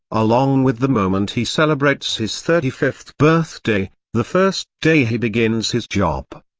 along with the moment he celebrates his thirty-fifth birthday, the first day he begins his job,